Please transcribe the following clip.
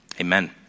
Amen